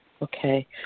Okay